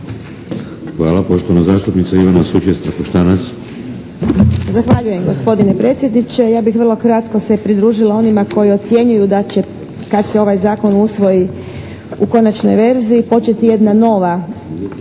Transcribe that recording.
**Sučec-Trakoštanec, Ivana (HDZ)** Zahvaljujem gospodine predsjedniče. Ja bih vrlo kratko se pridružila onima koji ocjenjuju da će kad se ovaj Zakon usvoji u konačnoj verziji početi jedna nova